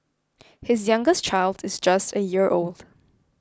his youngest child is just a year old